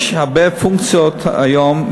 יש הרבה פונקציות היום,